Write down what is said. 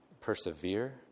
persevere